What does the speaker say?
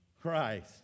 Christ